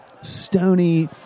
stony